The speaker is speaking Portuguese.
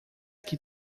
que